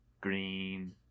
green